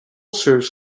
serves